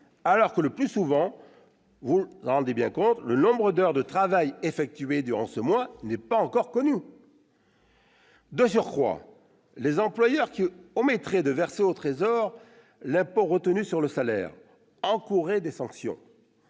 alors que, le plus souvent, le nombre d'heures de travail effectuées durant ce mois n'est pas encore connu. De surcroît, les employeurs qui omettraient de verser au Trésor l'impôt retenu sur le salaire encourraient des sanctions.